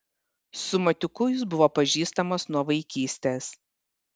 su matiuku jis buvo pažįstamas nuo vaikystės